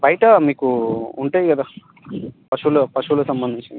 బయట మీకు ఉంటాయి కదా పశువుల పశువులకు సంబంధించినవి